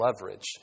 leverage